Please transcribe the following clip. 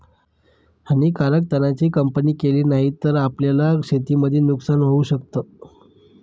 हानीकारक तणा ची कापणी केली नाही तर, आपल्याला शेतीमध्ये नुकसान होऊ शकत